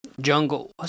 Jungle